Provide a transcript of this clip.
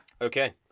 Okay